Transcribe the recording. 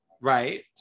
right